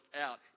out